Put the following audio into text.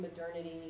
modernity